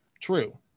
True